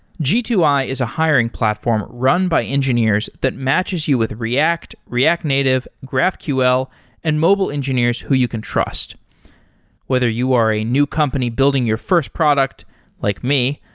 g two i is a hiring platform run by engineers that matches you with react, react native, graphql and mobile engineers who you can trust whether you are a new company building your first product like me,